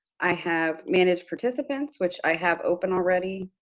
i have manage participants, which i have open already.